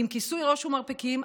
עם כיסוי ראש ומרפקים,